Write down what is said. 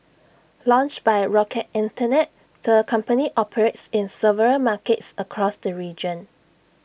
launched by rocket Internet the company operates in several markets across the region